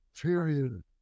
period